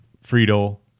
Friedel